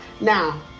Now